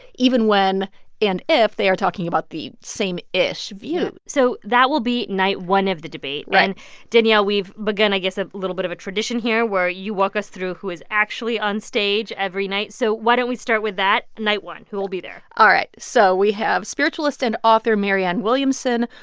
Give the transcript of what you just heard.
even when and if they are talking about the same-ish view so that will be night one of the debate right and danielle, we've begun, i guess, a little bit of a tradition here where you walk us through who is actually onstage every night. so why don't we start with that? night one, who will be there? all right. so we have spiritualist and author marianne williamson,